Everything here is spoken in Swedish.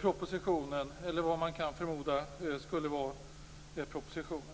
propositionen, eller vad man kan förmoda skulle vara propositionen.